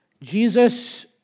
Jesus